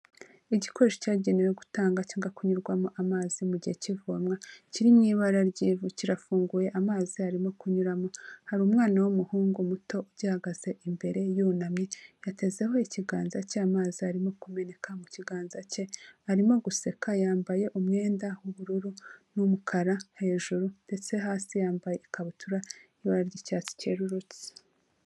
igikoresho cyagenewe gutanga cyanga kunyurwamo amazi mu gihe cy'ivomwa, kiriw'i ibara ry'ivu, kirafunguye amazi arimo kunyuramo ,hari umwana w'umuhungu muto ugihagaze imbere yunamye ,yatezeho ikiganza cy'amazi arimo kumeneka mu kiganza cye, arimo guseka yambaye umwenda w'ubururu n'umukara hejuru, ndetse hasi yambaye ikabutura y' ibara ry'icyatsi cyerurutse.